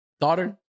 daughter